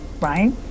right